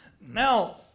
Now